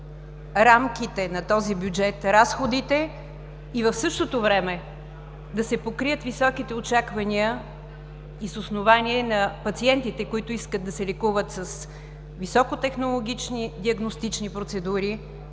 рамките на този бюджет, разходите, и в същото време да се покрият високите очаквания, и с основание, на пациентите, които искат да се лекуват с високо технологични диагностични процедури